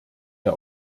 der